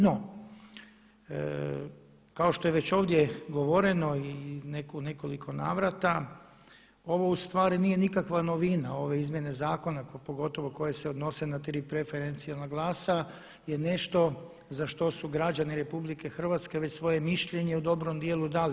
No, kao što je već ovdje govoreno u nekoliko navrata ovo ustvari nije nikakva novina, ove izmjene zakona pogotovo koje se odnose na tri preferencijalna glasa je nešto za što su građani Republike Hrvatske već svoje mišljenje u dobrom dijelu dali.